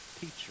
teacher